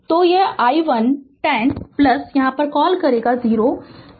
तो i 1 0 क्या call 0 था